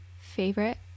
favorite